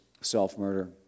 self-murder